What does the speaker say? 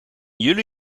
juli